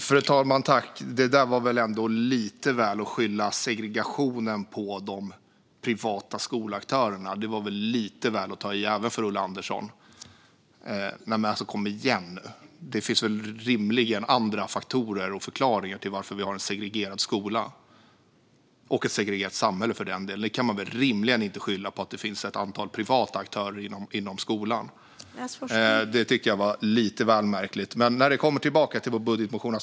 Fru talman! Det var väl ändå för mycket att skylla segregationen på de privata skolaktörerna. Det var att ta i lite för mycket, även för Ulla Andersson. Kom igen nu! Det finns rimligen andra faktorer och förklaringar till att vi har en segregerad skola och för den delen ett segregerat samhälle. Det kan man rimligen inte skylla på det faktum att det finns ett antal privata aktörer inom skolan. Det tyckte jag var lite väl märkligt. : Jag hänvisar till svensk forskning.) Låt mig återgå till vår budgetmotion.